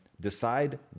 Decide